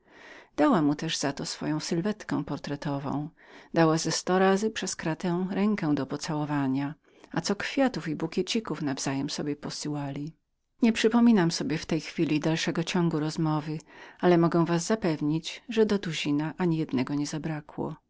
mu też za to swój portret rysowany na cieniu kilka razy przez kratę rękę do pocałowania a co kwiatów i bukietów nawzajem sobie posyłali nie przypominam sobie w tej chwili dalszej rozmowy ale mogę was zapewnić że do tuzina ani jeden nie zabrakł